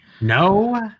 No